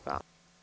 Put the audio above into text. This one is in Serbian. Hvala.